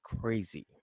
crazy